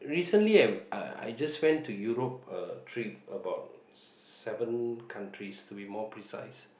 recently I I just went to Europe uh trip about seven countries to be more precise